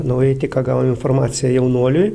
naujai tik ką gavom informaciją jaunuoliui